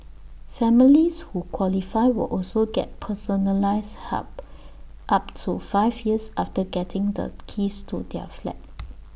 families who qualify will also get personalised help up to five years after getting the keys to their flat